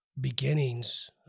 beginnings